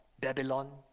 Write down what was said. Babylon